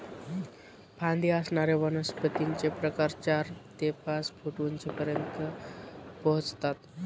फांदी असणाऱ्या वनस्पतींचे प्रकार चार ते पाच फूट उंचीपर्यंत पोहोचतात